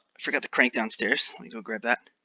forgot the crank downstairs, let me go grab that.